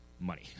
money